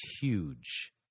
huge